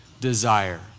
desire